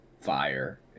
fire